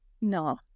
no